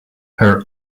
her